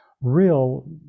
real